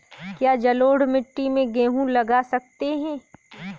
क्या जलोढ़ मिट्टी में गेहूँ लगा सकते हैं?